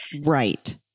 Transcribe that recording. Right